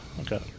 Okay